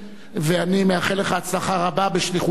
אני מאחל לך הצלחה רבה בשליחותנו,